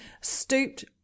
stooped